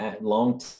long